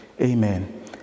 Amen